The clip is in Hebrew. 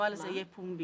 הנוהל הזה יהיה פומבי.